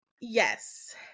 Yes